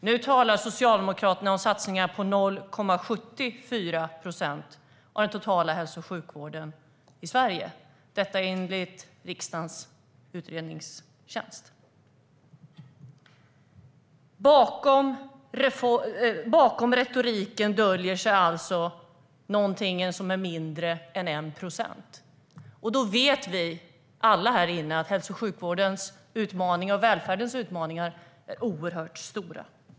Nu talar Socialdemokraterna om satsningar på 0,74 procent av den totala hälso och sjukvården i Sverige, detta enligt riksdagens utredningstjänst. Bakom retoriken döljer sig alltså något som är mindre än 1 procent. Då vet vi alla här inne att hälso och sjukvårdens utmaningar och välfärdens utmaningar är oerhört stora.